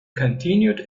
continued